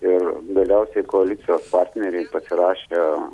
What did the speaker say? ir galiausiai koalicijos partneriai pasirašę